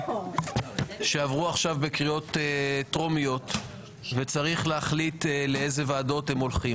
שעברו עכשיו בקריאות טרומיות וצריך להחליט לאיזה ועדות הם הולכים.